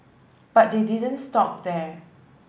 but they didn't stop there